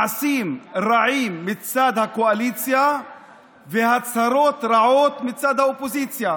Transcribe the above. מעשים רעים מצד הקואליציה והצהרות רעות מצד האופוזיציה.